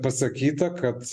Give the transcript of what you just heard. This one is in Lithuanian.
pasakyta kad